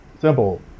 simple